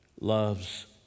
loves